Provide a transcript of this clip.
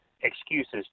excuses